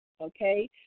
okay